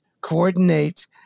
coordinate